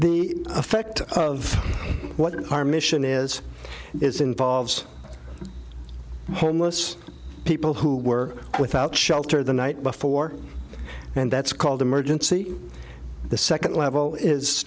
the effect of what our mission is is involves homeless people who were without shelter the night before and that's called emergency the second level is